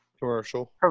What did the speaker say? commercial